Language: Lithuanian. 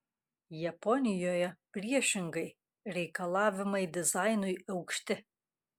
japonijoje priešingai reikalavimai dizainui aukšti